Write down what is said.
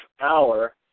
hour